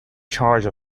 charge